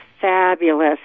fabulous